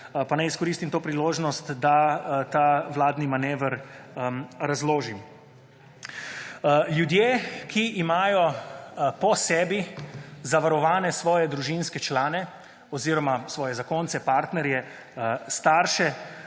pa naj izkoristim to priložnost, da ta vladni manever razložim. Ljudje, ki imajo po sebi zavarovane svoje družinske člane oziroma svoje zakonce, partnerje, starše,